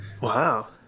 wow